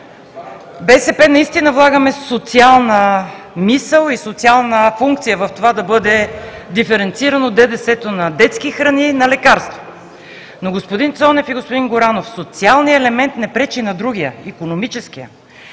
БСП наистина влагаме социална мисъл и социална функция в това да бъде диференцирано ДДС-то на детски храни и на лекарства. Но, господин Цонев и господин Горанов, социалният елемент не пречи на другия – икономическия.